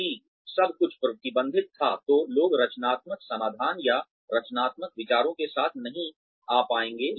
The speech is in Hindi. यदि सब कुछ प्रतिबंधित था तो लोग रचनात्मक समाधान या रचनात्मक विचारों के साथ नहीं आ पाएंगे